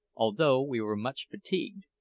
although we were much fatigued,